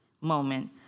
moment